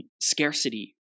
scarcity